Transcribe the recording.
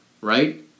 right